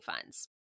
funds